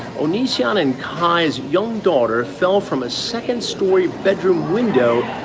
onision and kai's young daughter fell from a second story bedroom window,